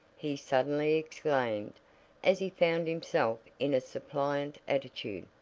he suddenly exclaimed as he found himself in a suppliant attitude.